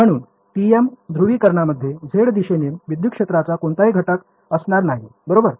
म्हणून TM ध्रुवीकरणमध्ये z दिशेने विद्युत क्षेत्राचा कोणताही घटक असणार नाही बरोबर